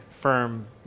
firm